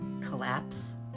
collapse